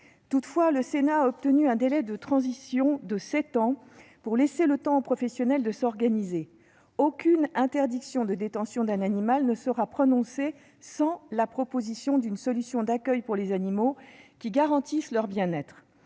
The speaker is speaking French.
Toutefois, le Sénat a obtenu un délai de transition de sept ans, pour laisser le temps aux professionnels de s'organiser. Aucune interdiction de détention d'un animal ne sera prononcée sans la proposition, pour les animaux, d'une solution d'accueil qui garantisse leur bien-être.